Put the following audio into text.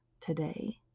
today